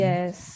Yes